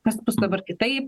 kas bus dabar kitaip